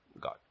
God